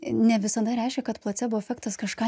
ne visada reiškia kad placebo efektas kažką